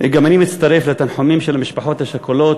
גם אני מצטרף לתנחומים למשפחות השכולות